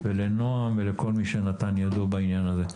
לנועם ולכל מי שנתן ידו בעניין הזה.